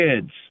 kids